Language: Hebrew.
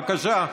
בבקשה.